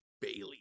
Bailey